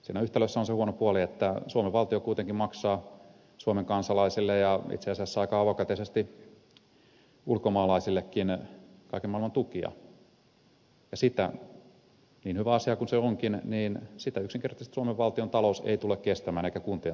siinä yhtälössä on se huono puoli että suomen valtio kuitenkin maksaa suomen kansalaisille ja itse asiassa aika avokätisesti ulkomaalaisillekin kaiken maailman tukia ja sitä niin hyvä asia kuin se onkin yksinkertaisesti suomen valtiontalous ei tule kestämään eikä kuntien talous